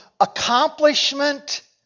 accomplishment